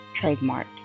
trademark